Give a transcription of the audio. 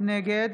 נגד